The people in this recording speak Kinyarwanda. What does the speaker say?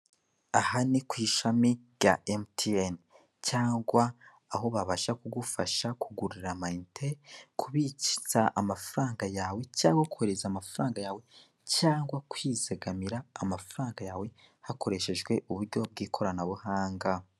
Aha ni ku ishami rya mtn cyangwa aho babasha kugufasha kugura amayinite, kubitsa amafaranfa yawe, cyangwa kohereza amafaranga yawe, cyangwa kwizigamira amafaranga yawe, hakoreshejwe uburyo bw'ikoranabuhanga,.